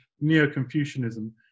Neo-Confucianism